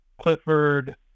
Clifford